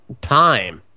time